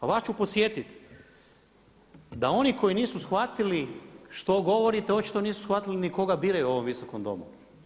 A vas ću podsjetiti da oni koji nisu shvatili što govorite očito nisu shvatili ni koga biraju u ovom Visokom domu.